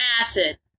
acid